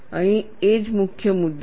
અહીં એ જ મુખ્ય મુદ્દો છે